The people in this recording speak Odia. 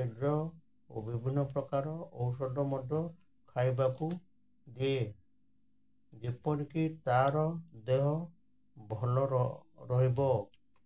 ପେଜ ଓ ବିଭିନ୍ନ ପ୍ରକାର ଔଷଧ ମଧ୍ୟ ଖାଇବାକୁ ଦିଏ ଯେପରିକି ତାର ଦେହ ଭଲ ରହିବ